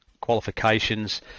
qualifications